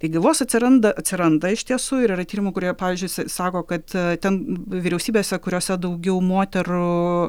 kai gaivos atsiranda atsiranda iš tiesų yra tyrimų kurie pavyzdžiui sa sako kad ten vyriausybėse kuriose daugiau moterų